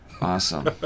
Awesome